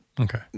Okay